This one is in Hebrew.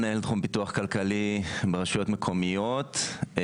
מנהל תחום פיתוח כלכלי ברשויות מקומיות.